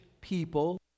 people